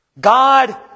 God